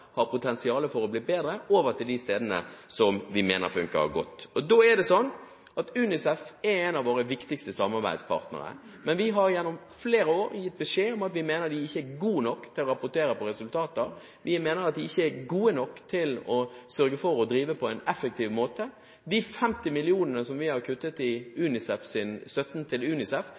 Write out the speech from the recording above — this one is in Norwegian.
har potensial for å bli bedre, over til de stedene som vi mener funker godt. UNICEF er en av våre viktigste samarbeidspartnere, men vi har gjennom flere år gitt beskjed om at vi mener at de ikke er gode nok til å rapportere på resultater. Vi mener at de ikke er gode nok til å sørge for å drive på en effektiv måte. De 50 mill. kr som vi har kuttet i støtten til UNICEF, har vi istedenfor flyttet over til